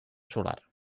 solar